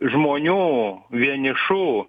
žmonių vienišų